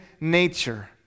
nature